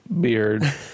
beard